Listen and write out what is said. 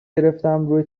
گرفتم، روی